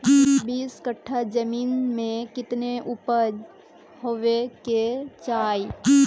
बीस कट्ठा जमीन में कितने उपज होबे के चाहिए?